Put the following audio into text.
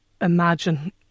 imagine